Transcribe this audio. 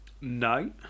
No